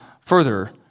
further